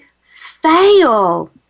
fail